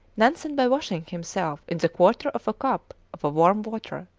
nansen by washing himself in a quarter of a cup of warm water,